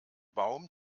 baum